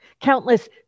Countless